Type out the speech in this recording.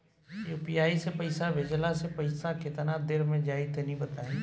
UPI से पईसा भेजलाऽ से पईसा केतना देर मे जाई तनि बताई?